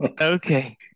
okay